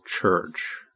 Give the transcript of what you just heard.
Church